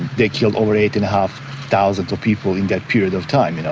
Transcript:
they killed over eight-and-a-half thousand people in that period of time. you know